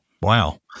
Wow